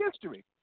history